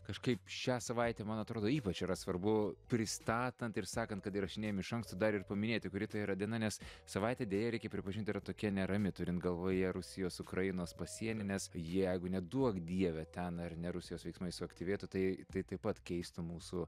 kažkaip šią savaitę man atrodo ypač yra svarbu pristatant ir sakant kad įrašinėjam iš anksto dar ir paminėti kuri tai yra diena nes savaitė deja reikia pripažint yra tokia nerami turint galvoje rusijos ukrainos pasienį nes jeigu neduok dieve ten ar ne rusijos veiksmai suaktyvėtų tai tai taip pat keistų mūsų